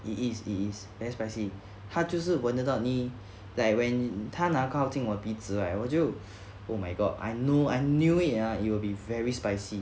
it is it is very spicy 它就是闻得到你 like when 他拿靠近鼻子 right 我就 oh my god I know I knew it ah it will be very spicy